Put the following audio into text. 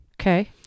Okay